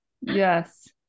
yes